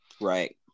right